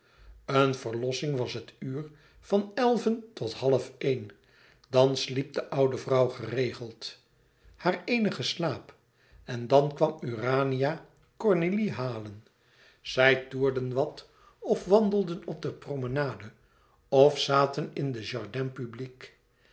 een verlossing was het uur van elven tot half een dan sliep de oude vrouw geregeld haar eenige slaap en dan kwam urania cornélie halen zij toerden wat of wandelden op de promenade of zaten in den jardin public